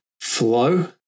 flow